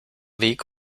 weg